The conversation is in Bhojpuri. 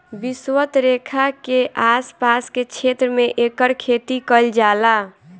विषवत रेखा के आस पास के क्षेत्र में एकर खेती कईल जाला